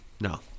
no